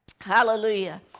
Hallelujah